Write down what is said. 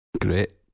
great